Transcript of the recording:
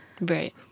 Right